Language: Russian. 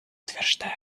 утверждает